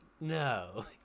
no